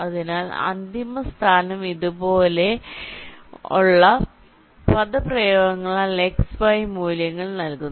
അതിനാൽ അന്തിമ സ്ഥാനം ഇതുപോലുള്ള പദപ്രയോഗങ്ങളാൽ x y മൂല്യങ്ങൾ നൽകുന്നു